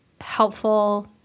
helpful